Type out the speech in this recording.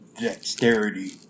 dexterity